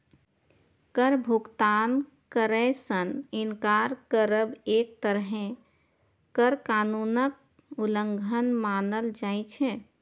कर भुगतान करै सं इनकार करब एक तरहें कर कानूनक उल्लंघन मानल जाइ छै